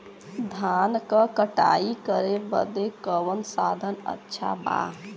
धान क कटाई करे बदे कवन साधन अच्छा बा?